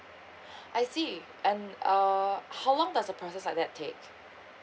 I see and uh how long does the process like that take